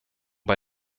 bei